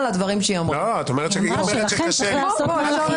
לתקן והמהלך של לנסות להסדיר מחדש ולמשל להקשיח את